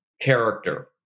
character